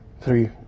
three